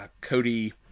Cody